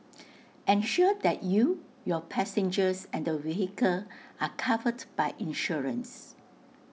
ensure that you your passengers and the vehicle are covered by insurance